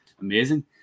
amazing